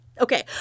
Okay